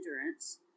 endurance